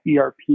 ERP